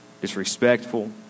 disrespectful